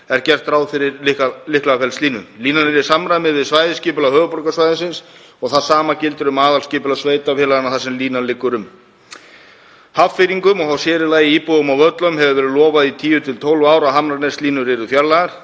er gert ráð fyrir Lyklafellslínu. Línan er í samræmi við svæðisskipulag höfuðborgarsvæðisins og það sama gildir um aðalskipulag sveitarfélaganna þar sem línan liggur um. Hafnfirðingum og þá sér í lagi íbúum á Völlunum hefur verið lofað í 10–12 ár að Hamraneslínur yrðu fjarlægðar.